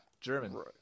German